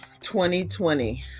2020